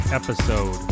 episode